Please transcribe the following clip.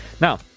Now